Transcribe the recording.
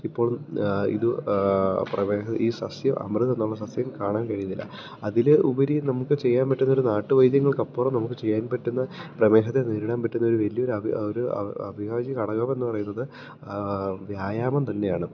ഇപ്പം ഇത് പ്രമേഹം ഈ സസ്യം അമൃതെന്നുള്ള സസ്യം കാണാൻ കഴിയുന്നില്ല അതിലപരി നമുക്ക് ചെയ്യാൻ പറ്റുന്നൊരു നാട്ടുവൈദ്യങ്ങൾക്കപ്പുറം നമുക്ക് ചെയ്യാൻ പറ്റുന്ന പ്രമേഹത്തെ നേരിടാൻ പറ്റുന്ന ഒരു വലിയൊരു അവിഭാജ്യഘടകമെന്ന് പറയുന്നത് വ്യായാമം തന്നെയാണ്